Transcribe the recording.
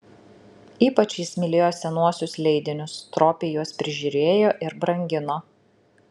ypač jis mylėjo senuosius leidinius stropiai juos prižiūrėjo ir brangino